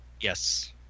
Yes